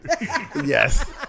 Yes